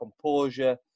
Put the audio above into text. composure